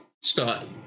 start